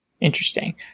Interesting